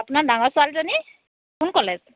আপোনাৰ ডাঙৰ ছোৱালীজনী কোন কলেজ